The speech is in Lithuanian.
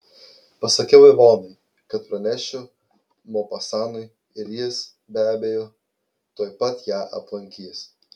pasakiau ivonai kad pranešiu mopasanui ir jis be abejo tuoj pat ją aplankys